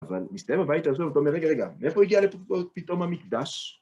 אבל מסתבר, וואי, תעשו אותו מרגע, רגע. איפה הגיעה לפה, פתאום, המקדש?